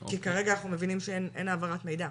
כי כרגע אנחנו מבינים שאין העברת מידע,